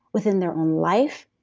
within their own life.